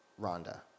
Rhonda